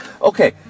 Okay